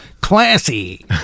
Classy